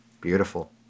beautiful